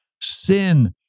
Sin